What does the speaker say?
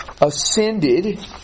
ascended